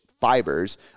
fibers